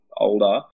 older